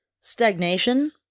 Stagnation